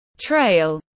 Trail